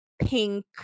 pink